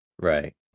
Right